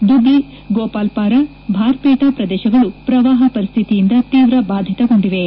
ದುಬ್ರಿ ಗೋಪಾಲ್ಪಾರಾ ಭಾರ್ಪೇಟಾ ಪ್ರದೇಶಗಳು ಪ್ರವಾಹ ಪರಿಸ್ಥಿತಿಯಿಂದ ತೀವ್ರ ಬಾಧಿತಗೊಂಡಿವೆ